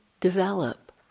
develop